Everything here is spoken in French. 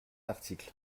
article